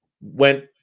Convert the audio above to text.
went